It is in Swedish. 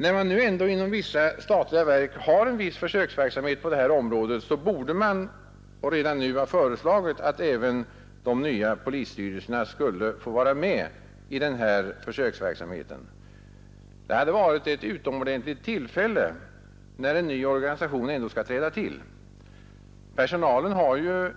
När det nu ändå inom vissa statliga verk förekommer en viss försöksverksamhet på detta område, borde man redan nu ha föreslagit att även de nya polisstyrelserna skulle få vara med i denna försöksverksamhet. Det hade varit ett utomordentligt tillfälle, när en ny organisation ändå skall träda till. Personalen har ju